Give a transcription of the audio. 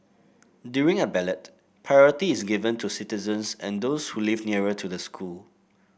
during a ballot priority is given to citizens and those who live nearer to the school